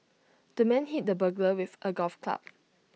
the man hit the burglar with A golf club